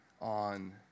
on